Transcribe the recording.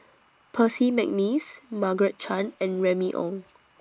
Percy Mcneice Margaret Chan and Remy Ong